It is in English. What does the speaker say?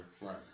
right